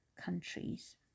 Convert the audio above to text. countries